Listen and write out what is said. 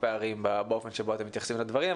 פערים באופן שבו אתם מתייחסים לדברים,